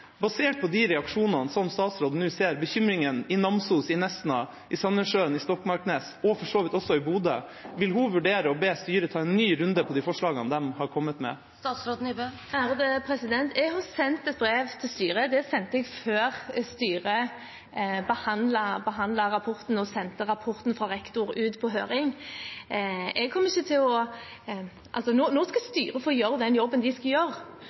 Basert på de reaksjonene som statsråden nå ser – bekymringen i Namsos, i Nesna, i Sandnessjøen, i Stokmarknes og for så vidt også i Bodø – vil hun vurdere å be styret ta en ny runde på de forslagene de har kommet med? Jeg har sendt et brev til styret. Det sendte jeg før styret behandlet rapporten fra rektor og sendte den ut på høring. Nå skal styret få gjøre den jobben de skal gjøre. Nå er tiden for alle aktørene til å